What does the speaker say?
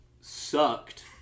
sucked